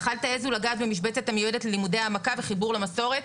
אך אל תעזו לגעת במשבצת המיועדת ללימודי העמקה וחיבור למסורת.